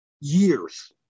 years